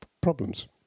problems